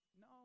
no